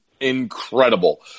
Incredible